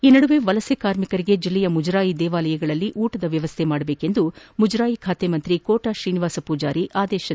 ಈ ನಡುವೆ ವಲಸೆ ಕಾರ್ಮಿಕರಿಗೆ ಜಿಲ್ಲೆಯ ಮುಜರಾಯಿ ದೇವಾಲಯಗಳಲ್ಲಿ ಊಟದ ವ್ಯವಸ್ಥೆ ಮಾಡಬೇಕೆಂದು ಮುಜರಾಯಿ ಖಾತೆ ಸಚಿವ ಕೋಟಾ ಶ್ರೀನಿವಾಸ ಪೂಜಾರಿ ಸೂಚಿಸಿದ್ದಾರೆ